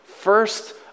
First